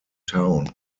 town